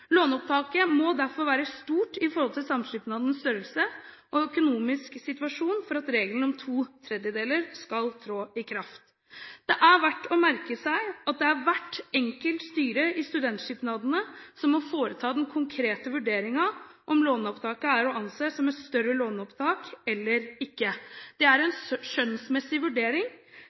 Låneopptaket må derfor være stort i forhold til samskipnadens størrelse og økonomiske situasjon for at regelen om to tredjedeler skal trå i kraft. Det er verdt å merke seg at det er hvert enkelt styre i studentsamskipnadene som må foreta den konkrete vurderingen av om låneopptaket er å anse som et større låneopptak eller ikke. Det er en skjønnsmessig vurdering